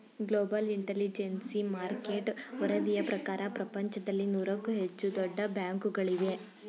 global intelligence market ವರದಿಯ ಪ್ರಕಾರ ಪ್ರಪಂಚದಲ್ಲಿ ನೂರಕ್ಕೂ ಹೆಚ್ಚು ದೊಡ್ಡ ಬ್ಯಾಂಕುಗಳಿವೆ